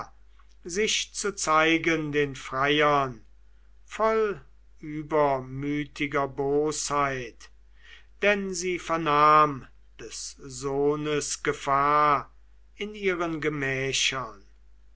sich zu zeigen den freiern voll übermütiger bosheit denn sie vernahm des sohnes gefahr in ihren gemächern